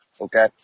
Okay